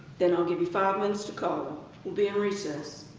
then i'll give you five minutes to call him. we'll be um recess.